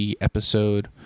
episode